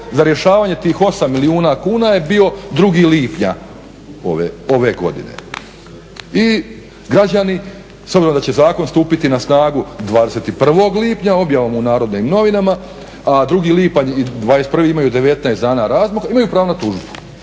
za rješavanje tih 9 milijuna kuna je bio 2.lipnja ove godine. I građani s obzirom da će zakon stupiti na snagu 21.lipnja objavnom u NN, a 2. lipanj i 21. imaju 19 dana razmaka imaju pravo na tužbu,